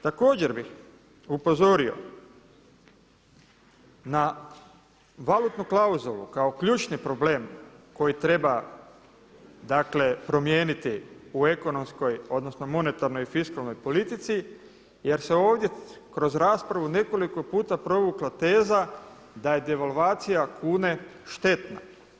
Također bih upozorio na valutnu klauzulu kao ključni problem koji treba dakle promijeniti u ekonomskoj, odnosno monetarnoj i fiskalnoj politici jer se ovdje kroz raspravu u nekoliko puta provukla teza da je devalvacija kune štetna.